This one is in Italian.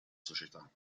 società